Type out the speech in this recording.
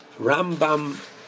Rambam